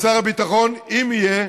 ושר הביטחון, אם יהיה,